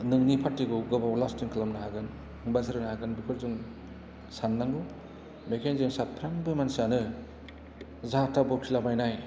नोंनि पार्टिखौ गोबाव लास्थिं खालामनो हागोन बाज्रायनो हागोन बेखौ जों सान्नांगौ बेखायनो जों साफ्रामबो मानसियानो जाहा थाहा बखिला बायनाय